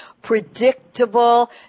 predictable